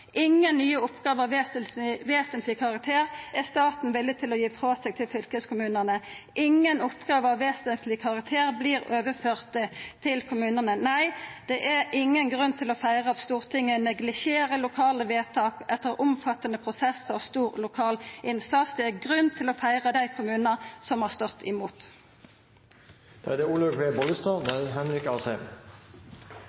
Ingen nye oppgåver av vesentleg karakter er staten villig til å gi frå seg til fylkeskommunane. Ingen oppgåver av vesentleg karakter vert overførte til kommunane. Nei, det er ingen grunn til å feira at Stortinget neglisjerer lokale vedtak etter omfattande prosessar og stor lokal innsats. Det er grunn til å feira dei kommunane som har stått imot.